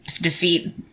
defeat